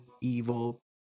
evil